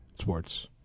sports